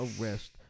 arrest